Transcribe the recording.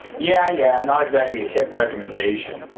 yeah, yeah, not exactly a hip recommendation,